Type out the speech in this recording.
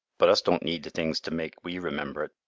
but us don't need th' things to make we remember it,